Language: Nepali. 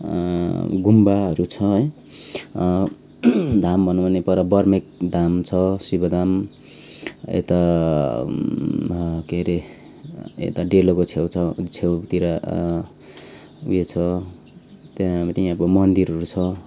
गुम्बाहरू छ है धाम भन्यो भने पर बर्मेक धाम छ शिवधाम यता के अरे यता डेलोको छेउछाउ छेउतिर उयो छ त्यहाँ पनि मन्दिरहरू छ